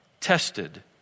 tested